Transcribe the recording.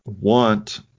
want